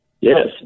Yes